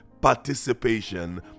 participation